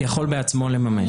יכול בעצמו לממש.